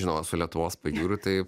žinoma su lietuvos pajūriu tai